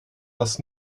das